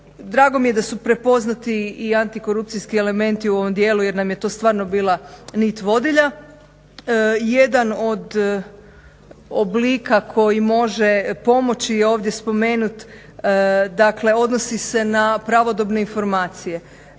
Drago mi je da su prepoznati i antikorupcijski elementi u ovom dijelu jer nam je to stvarno bila nit vodilja. Jedan od oblika koji može pomoći je ovdje spomenut odnosi se na pravodobne informacije.